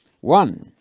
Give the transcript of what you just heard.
One